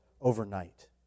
overnight